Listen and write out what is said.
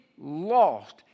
lost